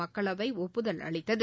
மக்களவை ஒப்புதல் அளித்தது